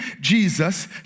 Jesus